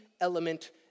element